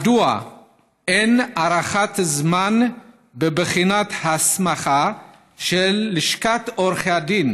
מדוע אין הארכת זמן בבחינת ההסמכה של לשכת עורכי הדין